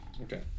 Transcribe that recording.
Okay